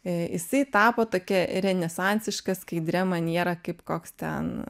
jisai tapo tokia renesansiška skaidria maniera kaip koks ten